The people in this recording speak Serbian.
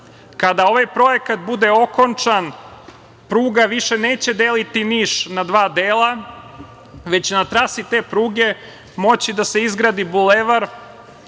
ovaj projekat bude okončan, pruga više neće deliti Niš na dva dela, već na trasi te pruge moći će da se izgradi Bulevar,